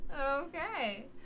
okay